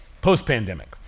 post-pandemic